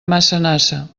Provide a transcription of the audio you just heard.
massanassa